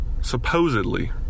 supposedly